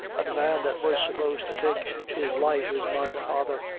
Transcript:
and the man that was supposed to take his life is my father.